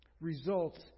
results